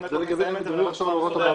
20 דקות לסיים את זה -- זה לגבי הוראות המעבר.